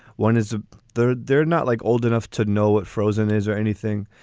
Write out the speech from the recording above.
one is a third. they're not like old enough to know what frozen is or anything,